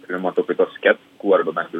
klimato kaitos skeptikų arba bent jau